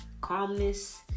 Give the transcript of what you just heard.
calmness